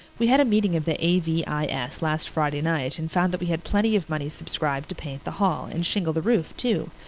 we had a meeting of the a v i s. last friday night and found that we had plenty of money subscribed to paint the hall and shingle the roof too.